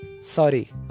Sorry